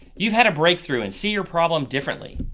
you've had a breakthrough and see your problem differently.